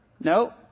No